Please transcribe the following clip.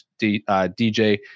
DJ